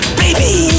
baby